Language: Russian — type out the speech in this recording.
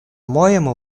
моему